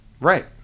Right